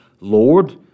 Lord